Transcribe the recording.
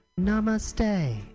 Namaste